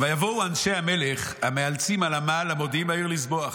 "ויבואו אנשי המלך המאלצים על המעל למודיעים העיר לזבוח",